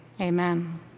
amen